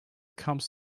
comes